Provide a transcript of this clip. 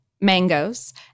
mangoes